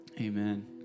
Amen